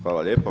Hvala lijepo.